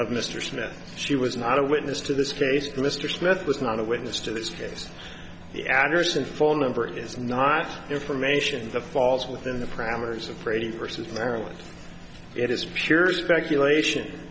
of mr smith she was not a witness to this case mr smith was not a witness to this case the address and phone number is not information the falls within the parameters of brady versus maryland it is pure speculation